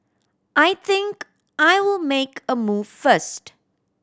I think I'll make a move first